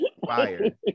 Fire